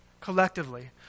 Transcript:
collectively